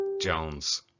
Jones